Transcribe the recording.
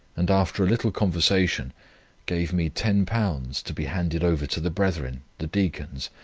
and after a little conversation gave me ten pounds to be handed over to the brethren, the deacons,